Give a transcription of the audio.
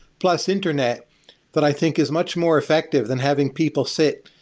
plus internet that i think is much more effective than having people sit,